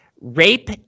rape